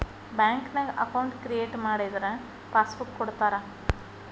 ಬ್ಯಾಂಕ್ನ್ಯಾಗ account create ಮಾಡಿದರ passbook ಕೊಡ್ತಾರಾ